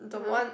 (uh huh)